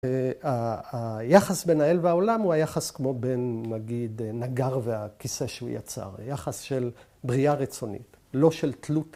‫היחס בין האל והעולם הוא היחס ‫כמו בין נגיד נגר והכיסא שהוא יצר, ‫היחס של בריאה רצונית, ‫לא של תלות.